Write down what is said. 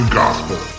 gospel